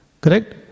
Correct